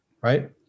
right